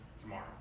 tomorrow